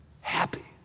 Happy